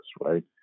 right